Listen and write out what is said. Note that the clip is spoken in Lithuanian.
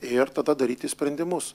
ir tada daryti sprendimus